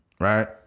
Right